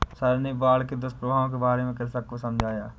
sir ने बाढ़ के दुष्प्रभावों के बारे में कृषकों को समझाया